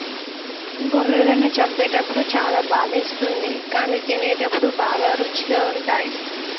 గొర్రెలను చంపేటప్పుడు చాలా బాధేస్తుంది కానీ తినేటప్పుడు బాగా రుచిగా ఉంటాయి